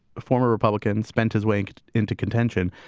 a former republican spent his way and into contention?